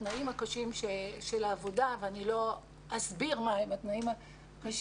בתנאים הקשים של העבודה ואני לא אסביר מה הם התנאים הקשים